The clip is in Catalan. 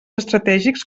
estratègics